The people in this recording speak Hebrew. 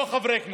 לא חברי הכנסת,